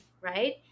right